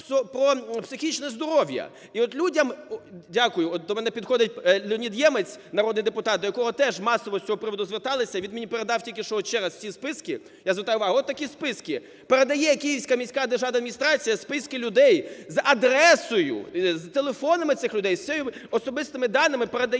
про психічне здоров'я. І от людям… Дякую. От до мене підходить Леонід Ємець, народний депутат, до якого теж масово з цього приводу зверталися. Він мені передав тільки що от ще раз ці списки. Я звертаю увагу, от такі списки. Передає Київська міська державна адміністрація списки людей з адресою, з телефонами цих людей, з особистими даними передає